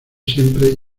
siempre